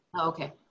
Okay